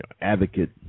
advocate